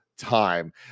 time